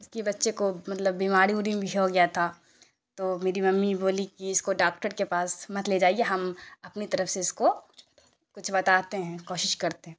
اس کی بچے کو مطلب بیماری اوری بھی ہو گیا تھا تو میری ممی بولی کہ اس کو ڈاکٹر کے پاس مت لے جائیے ہم اپنی طرف سے اس کو کچھ بتاتے ہیں کوشش کرتے ہیں